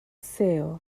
sail